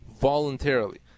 voluntarily